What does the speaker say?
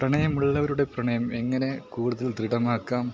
പ്രണയമുള്ളവരുടെ പ്രണയം എങ്ങനെ കൂടുതൽ ദൃഡമാക്കാം